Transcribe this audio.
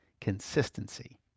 consistency